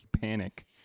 panic